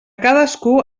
cadascú